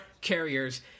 carriers